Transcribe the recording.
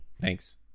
Thanks